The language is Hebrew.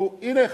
הנה,